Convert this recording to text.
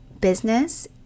business